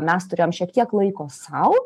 mes turėjom šiek tiek laiko sau